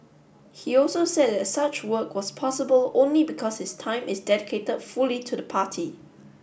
he also said that such work was possible only because his time is dedicated fully to the party